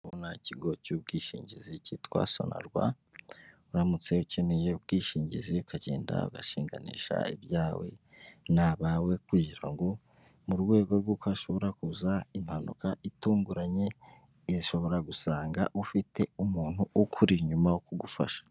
Urabona ikigo cy'ubwishingizi cyitwa Sonarwa, uramutse ukeneye ubwishingizi ukagenda ugashinganisha ibyawe n'abawe, kugira ngo mu rwego rw'uko hashobora kuza impanuka itunguranye, ishobora gusanga ufite umuntu ukuri inyuma wo kugufasha.